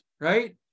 right